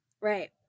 right